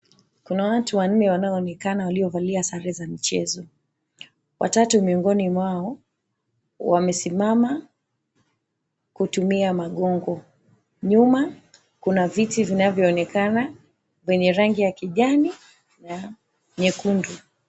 Kuna watu wanne wanaonekana waliovalia sare za mchezo. Watatu miongoni mwao wamesimama kutumia magungu nyuma Kuna viti vinavyoenekana vyenye rangi ya kijani na nyekundu.